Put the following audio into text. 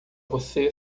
você